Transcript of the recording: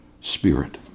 spirit